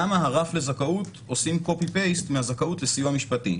למה הרף לזכאות עושים העתק-הדבק מהזכאות לסיוע משפטי.